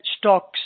Stocks